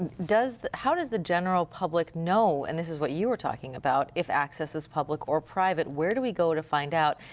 how does the general public know, and this is what you were talking about, if access is public or private? where do we go to find out?